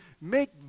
make